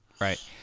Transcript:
Right